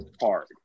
hard